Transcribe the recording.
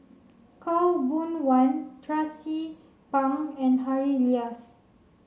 Khaw Boon Wan Tracie Pang and Harry Elias